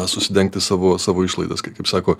susidengti savo savo išlaidas kaip sako